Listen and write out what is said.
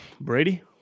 Brady